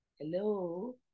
Hello